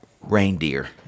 reindeer